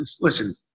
listen